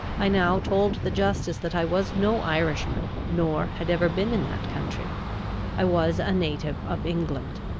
i now told the justice that i was no irishman, nor had ever been in that country i was a native of england.